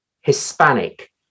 Hispanic